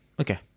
okay